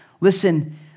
listen